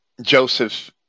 Joseph